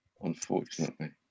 unfortunately